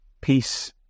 Peace